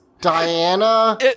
Diana